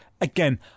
Again